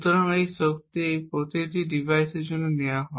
সুতরাং এই শক্তি এই প্রতিটি ডিভাইসের জন্য নেওয়া হয়